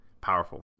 powerful